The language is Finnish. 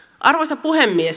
arvoisa puhemies